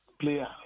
player